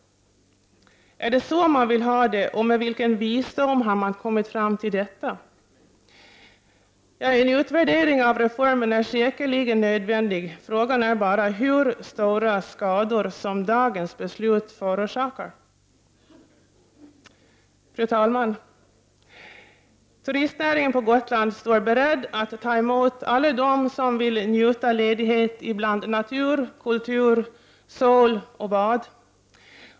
Är det så man vill ha det, och med vilken visdom har man kommit fram till detta? En utvärdering av reformen är säkerligen nödvändig, frågan är bara hur stora skador dagens beslut förorsakar. Fru talman! Turistnäringen på Gotland står beredd att ta emot alla dem som vill njuta ledighet i natur och kultur och med sol och bad.